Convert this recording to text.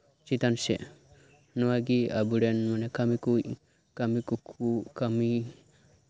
ᱪᱮᱛᱟᱱ ᱥᱮᱫ ᱱᱚᱣᱟᱜᱮ ᱟᱵᱚ ᱨᱮᱱ ᱠᱟᱹᱢᱤ ᱠᱚ ᱠᱟᱹᱢᱤ ᱠᱚᱠᱚ ᱠᱟᱹᱢᱤ